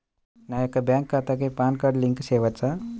నా యొక్క బ్యాంక్ ఖాతాకి పాన్ కార్డ్ లింక్ చేయవచ్చా?